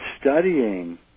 studying